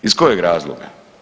Iz kojeg razloga?